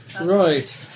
right